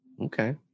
Okay